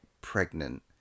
pregnant